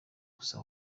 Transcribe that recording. gusa